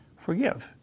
forgive